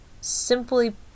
simply